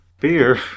Beer